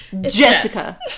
Jessica